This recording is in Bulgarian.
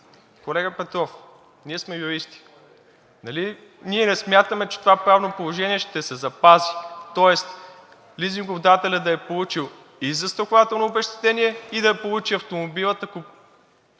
Колега Петров, ние сме юристи, нали ние не смятаме, че това правно положение ще се запази, тоест лизингодателят да е получил и застрахователно обезщетение и да получи автомобилът, ако